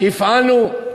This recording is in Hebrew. מי לקח אותה בשבי?